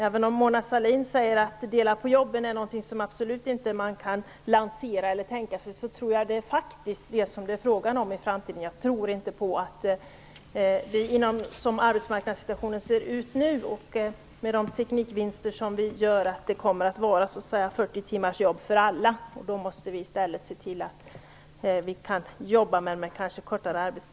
Även om Mona Sahlin säger att man absolut inte kan tänka sig att lansera detta med att man skall dela på jobben, tror jag att det blir detta som gäller i framtiden. Som arbetsmarknaden ser ut nu och med de teknikvinster som vi gör, tror jag inte att det blir aktuellt med 40 timmars arbetstid för alla. Då måste vi se till att vi kan jobba, men med kortare arbetstid.